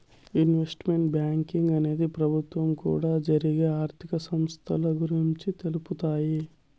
investment banking అనేది ప్రభుత్వం కూడా జరిగే ఆర్థిక సంస్థల గురించి తెలుపుతాయి